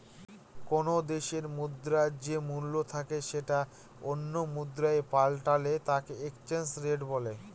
কোনো দেশে মুদ্রার যে মূল্য থাকে সেটা অন্য মুদ্রায় পাল্টালে তাকে এক্সচেঞ্জ রেট বলে